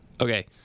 Okay